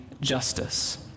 justice